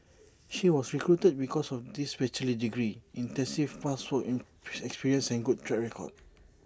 she was recruited because of this bachelor's degree extensive past work in experience and good track record